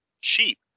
cheap